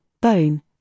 bone